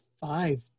five